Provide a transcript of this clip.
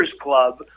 Club